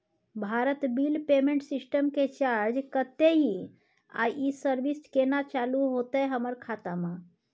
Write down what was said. Bharat bill payment system के charge कत्ते इ आ इ सर्विस केना चालू होतै हमर खाता म?